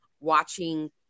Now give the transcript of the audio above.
watching